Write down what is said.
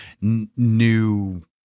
new